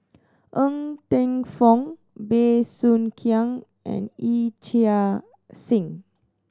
Ng Teng Fong Bey Soo Khiang and Yee Chia Hsing